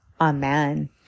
Amen